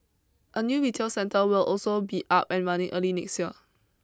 a new retail centre will also be up and running early next year